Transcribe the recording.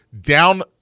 down